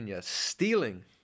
stealing